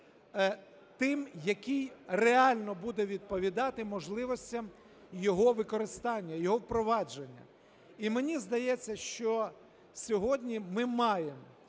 тим, який реально буде відповідати можливостям його використання, його впровадження. І мені здається, що сьогодні ми маємо